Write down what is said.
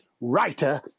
writer